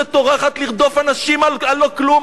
שטורחת לרדוף אנשים על לא כלום,